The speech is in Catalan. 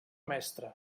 mestre